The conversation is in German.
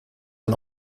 ein